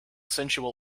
sensual